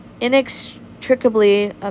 inextricably